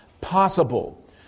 possible